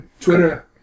Twitter